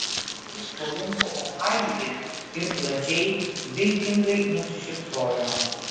iš kolumbo ohajuje ir plačiai viltingai nusišypsojo